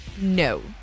No